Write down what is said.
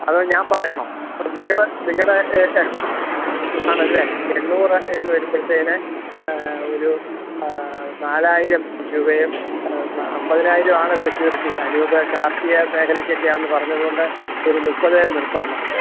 അത് ഞാൻ പറയണോ നിങ്ങൾ നിങ്ങളുടെ ആണല്ലേ എണ്ണൂറ് ഇത് വരുമ്പോഴത്തേന് ഒരു നാലായിരം രൂപയും അമ്പതിനായിരം ആണ് സെക്യൂരിറ്റി അനൂപ് കാർഷികമേഖലക്കൊക്കെയാണെന്ന് പറഞ്ഞതുകൊണ്ട് ഒരു മുപ്പതേൽ നിർത്താം നമുക്ക്